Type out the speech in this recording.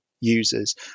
users